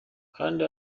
kanda